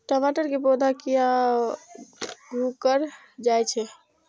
टमाटर के पौधा किया घुकर जायछे?